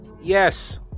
Yes